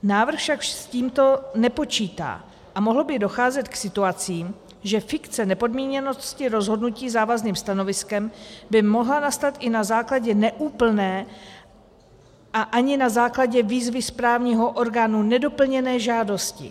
Návrh však s tímto nepočítá a mohlo by docházet k situacím, že fikce nepodmíněnosti rozhodnutí závazným stanoviskem by mohla nastat i na základě neúplné a ani na základě výzvy správního orgánu nedoplněné žádosti.